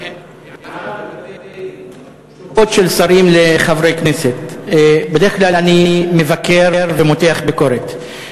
הערה לגבי תשובות של שרים לחברי כנסת: בדרך כלל אני מבקר ומותח ביקורת.